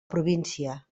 província